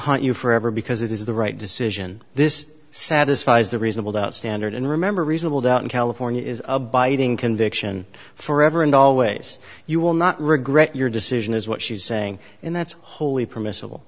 haunt you forever because it is the right decision this satisfies the reasonable doubt standard and remember reasonable doubt in california is abiding conviction forever and always you will not regret your decision is what she's saying and that's wholly permissible